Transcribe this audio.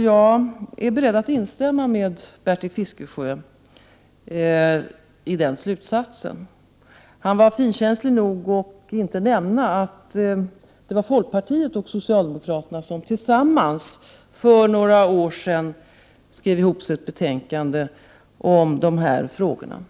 Jag är beredd att instämma i det och ansluter mig till Bertil Fiskesjös slutsats. Han var finkänslig nog att inte säga att det var folkpartiet och socialdemokraterna som för några år sedan skrev ihop sig i ett betänkande om dessa frågor.